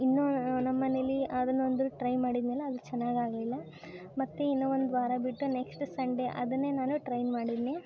ಇನ್ನು ನಮ್ಮ ಮನೆಯಲ್ಲಿ ಅದನ್ನು ಒಂದು ಟ್ರೈ ಮಾಡಿದ್ನೆಲ್ಲ ಅದು ಚೆನ್ನಾಗಿ ಆಗಲಿಲ್ಲ ಮತ್ತು ಇನ್ನೂ ಒಂದು ವಾರ ಬಿಟ್ಟು ನೆಕ್ಸ್ಟ್ ಸಂಡೆ ಅದನ್ನೇ ನಾನು ಟ್ರೈ ಮಾಡಿದ್ನೆ